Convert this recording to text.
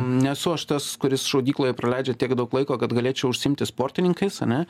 nesu aš tas kuris šaudykloje praleidžia tiek daug laiko kad galėčiau užsiimti sportininkais ane